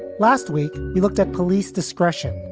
last week, we looked at police discretion.